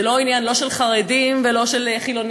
זה לא עניין לא של חרדים ולא של חילונים